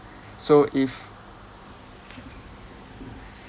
so if